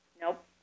Nope